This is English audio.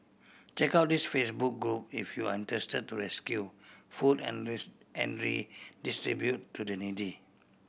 check out this Facebook group if you are interested to rescue food and and redistribute to the needy